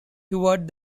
toward